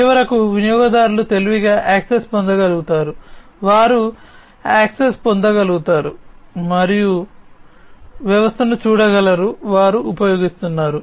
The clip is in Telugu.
చివరకు వినియోగదారులు తెలివిగా యాక్సెస్ పొందగలుగుతారు వారు యాక్సెస్ పొందగలుగుతారు మరియు వ్యవస్థను చూడగలరు వారు ఉపయోగిస్తున్నారు